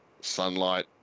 Sunlight